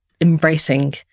embracing